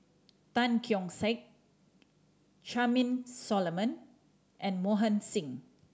Tan Keong Saik Charmaine Solomon and Mohan Singh